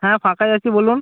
হ্যাঁ ফাঁকাই আছি বলুন